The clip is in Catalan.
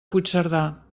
puigcerdà